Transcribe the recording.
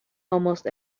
almost